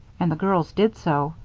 and the girls did so,